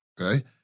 okay